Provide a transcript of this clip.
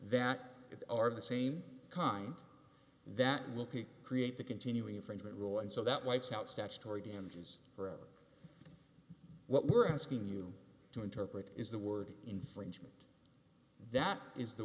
that are of the same kind that will keep create the continuing infringement rule and so that wipes out statutory damages forever what we're asking you to interpret is the word infringement that is the